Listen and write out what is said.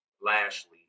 Lashley